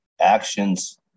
actions